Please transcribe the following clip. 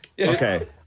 Okay